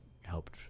helped